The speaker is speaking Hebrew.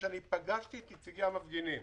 פגשתי את נציגי המפגינים